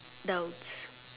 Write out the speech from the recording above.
nouns